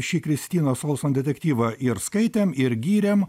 šį kristinos olson detektyvą ir skaitėm ir gyrėm